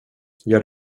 gör